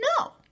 no